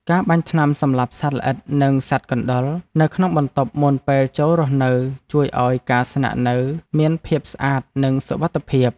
ការបាញ់ថ្នាំសម្លាប់សត្វល្អិតនិងសត្វកណ្តុរនៅក្នុងបន្ទប់មុនពេលចូលរស់នៅជួយឱ្យការស្នាក់នៅមានភាពស្អាតនិងសុវត្ថិភាព។